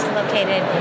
located